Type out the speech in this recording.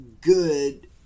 good